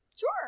Sure